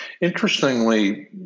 Interestingly